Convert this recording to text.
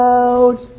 out